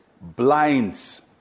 blinds